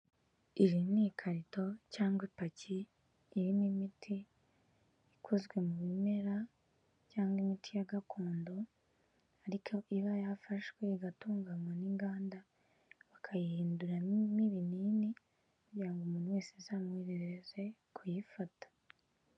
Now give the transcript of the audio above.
Iri ni ikarito cyangwa ipaki irimo imiti ikozwe mu bimera cyangwa imiti ya gakondo, ariko iba yafashwe igatunganywa n'inganda bakayihinduramo ibinini kugira ngo umuntu wese bizamworohereze kuyifata.